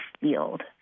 field